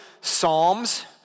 Psalms